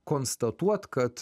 konstatuot kad